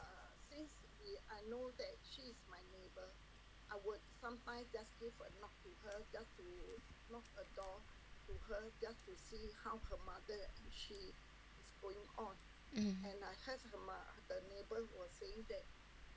mm